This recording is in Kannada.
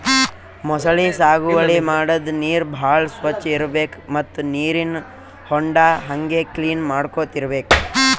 ಮೊಸಳಿ ಸಾಗುವಳಿ ಮಾಡದ್ದ್ ನೀರ್ ಭಾಳ್ ಸ್ವಚ್ಚ್ ಇರ್ಬೆಕ್ ಮತ್ತ್ ನೀರಿನ್ ಹೊಂಡಾ ಹಂಗೆ ಕ್ಲೀನ್ ಮಾಡ್ಕೊತ್ ಇರ್ಬೆಕ್